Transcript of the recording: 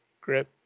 grip